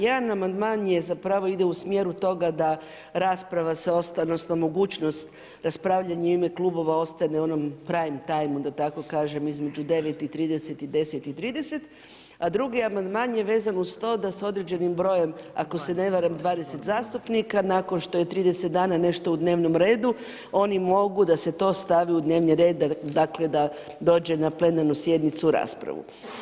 Jedan amandman zapravo ide u smjeru toga da rasprava se, odnosno mogućnost raspravljanja u ime klubova ostane u prime-time-u, da tako kažem, između 9,30 i 10,30, a drugi amandman je vezan uz to da s određenim brojem, ako se ne varam, 20 zastupnika, nakon što je 30 dana nešto u dnevnom redu, oni mogu da se to stavi u dnevni red, dakle, da dođe na plenarnu sjednicu u raspravu.